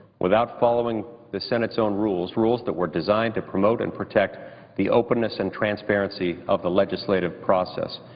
without following the senate's own rules, rules that were designed to promote and protect the openness and transparency of the legislative process.